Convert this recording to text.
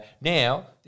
now